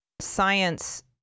science